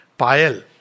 Pile